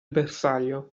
bersaglio